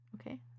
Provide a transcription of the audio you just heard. Okay